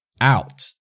out